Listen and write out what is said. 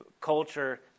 culture